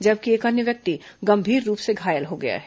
जबकि एक अन्य व्यक्ति गंभीर रूप से घायल हो गया है